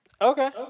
Okay